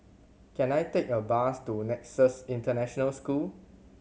can I take a bus to Nexus International School